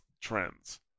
trends